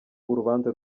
urubanza